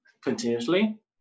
continuously